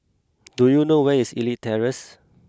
do you know where is Elite Terrace